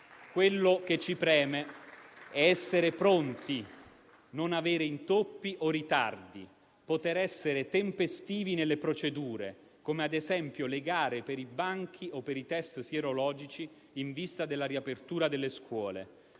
Quello che ci preme è essere pronti, non avere intoppi o ritardi, poter essere tempestivi nelle procedure, come - ad esempio - le gare per i banchi o per i test sierologici in vista della riapertura delle scuole.